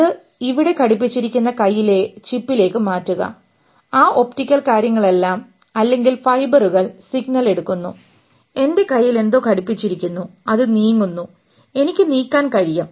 അത് ഇവിടെ ഘടിപ്പിച്ചിരിക്കുന്ന കൈയിലേക്ക് ചിപ്പിലേക്ക് മാറ്റുക ആ ഒപ്റ്റിക്കൽ കാര്യങ്ങളെല്ലാം അല്ലെങ്കിൽ ഫൈബറുകൾ സിഗ്നൽ എടുക്കുന്നു എൻറെ കൈയിൽ എന്തോ ഘടിപ്പിച്ചിരിക്കുന്നു അത് നീങ്ങുന്നു എനിക്ക് നീക്കാൻ കഴിയും